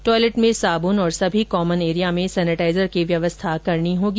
toilet में साबुन और सभी कॉमन एरिया में सैनेटाइजर की व्यवस्था करनी होगी